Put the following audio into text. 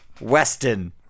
Weston